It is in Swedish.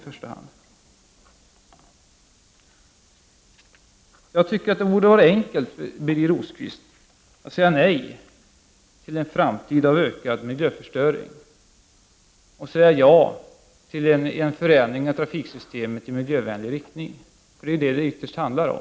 Jag tycker, Birger Rosqvist, att det borde vara enkelt att säga nej till en framtida ökad miljöförstöring och säga ja till en förändring av trafiksystemet i miljövänlig riktning. Det är vad det ytterst handlar om.